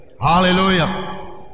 Hallelujah